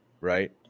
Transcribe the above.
right